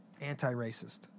anti-racist